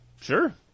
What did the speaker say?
Sure